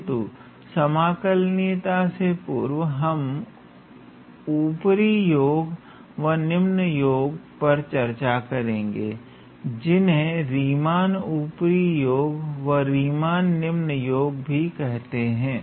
किंतु रीमान समाकलनीयता से पूर्व हम उपरि योग व निम्न योग पर चर्चा करेंगे जिन्हें रीमान उपरि योग व रीमान निम्न योग भी कहते हैं